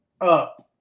up